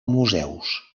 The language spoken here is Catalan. museus